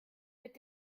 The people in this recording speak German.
mit